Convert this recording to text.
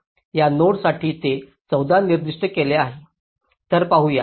या नोडसाठी ते 14 निर्दिष्ट केले गेले आहे तर पाहूया